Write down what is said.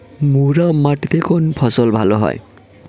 মুরাম মাটিতে কোন ফসল ভালো হয়?